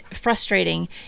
frustrating